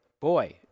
boy